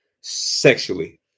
sexually